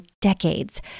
decades